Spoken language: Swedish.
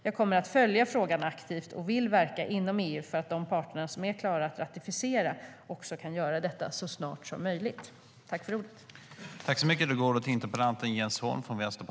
Jag kommer att följa frågan aktivt och vill verka inom EU för att de parter som är klara att ratificera kan göra detta så snart som möjligt.